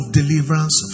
deliverance